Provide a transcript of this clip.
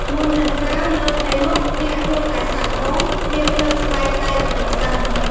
មុននឹងប្រើលើផ្ទៃមុខ អ្នកគួរតែសាកល្បងលាបលើស្បែកដៃបន្តិចសិន។